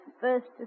first